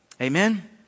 Amen